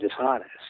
dishonest